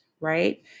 right